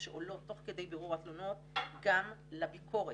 שעולות תוך כדי בירור התלונות גם לביקורת,